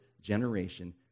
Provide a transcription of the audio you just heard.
generation